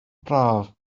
braf